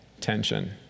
tension